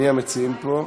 מי המציעים פה?